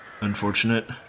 unfortunate